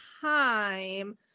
time